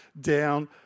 down